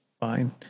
fine